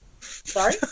sorry